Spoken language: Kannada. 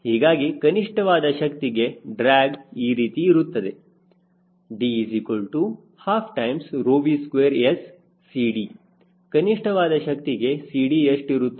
ಹೀಗಾಗಿ ಕನಿಷ್ಠವಾದ ಶಕ್ತಿಗೆ ಡ್ರ್ಯಾಗ್ ಈ ರೀತಿ ಇರುತ್ತದೆ D12V2SCD ಕನಿಷ್ಠವಾದ ಶಕ್ತಿಗೆ CD ಎಷ್ಟು ಇರುತ್ತದೆ